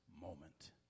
moment